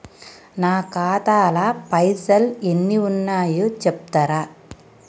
నా ఖాతా లా పైసల్ ఎన్ని ఉన్నాయో చెప్తరా?